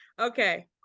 Okay